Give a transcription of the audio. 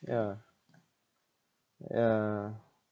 yeah yeah